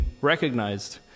recognized